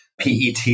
PET